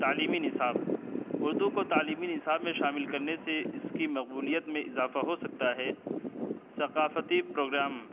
تعلیمی نصاب اردو کو تعلیمی نصاب میں شامل کرنے سے اس کی مقبولیت میں اضافہ ہو سکتا ہے ثقافتی پروگرام